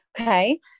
Okay